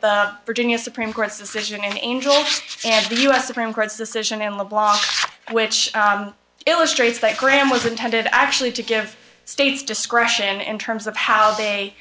the virginia supreme court's decision in angel and the u s supreme court's decision in the block which illustrates that graham was intended actually to give states discretion in terms of how they